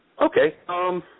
Okay